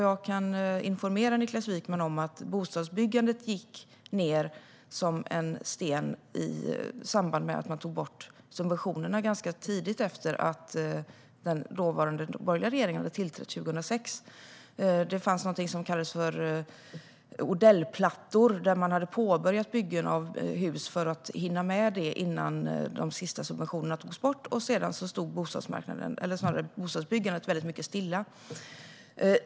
Jag kan informera Niklas Wykman om att bostadsbyggandet sjönk som en sten i samband med att man tog bort subventionerna ganska tidigt efter att den dåvarande borgerliga regeringen tillträdde 2006. Det fanns något som kallades Odellplattor, där man hade påbörjat byggen av hus för att hinna innan de sista subventionerna togs bort. Sedan stod bostadsbyggandet väldigt mycket still.